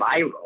viral